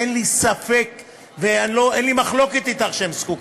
אין לי ספק ואין לי מחלוקת אתך שהם זקוקים.